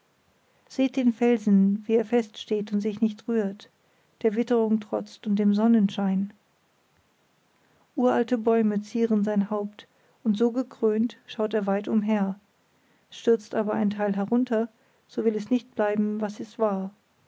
seht den felsen wie er fest steht und sich nicht rührt der witterung trotzt und dem sonnenschein uralte bäume zieren sein haupt und so gekrönt schaut er weit umher stürzt aber ein teil herunter so will es nicht bleiben was es war